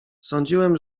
sądziłem